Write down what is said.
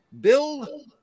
bill